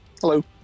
hello